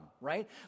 right